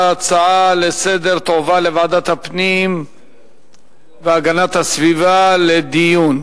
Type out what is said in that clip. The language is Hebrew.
ההצעה לסדר-היום תועבר לוועדת הפנים והגנת הסביבה לדיון.